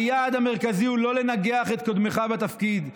היעד המרכזי הוא לא לנגח את קודמיך בתפקיד.